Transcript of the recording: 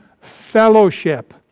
fellowship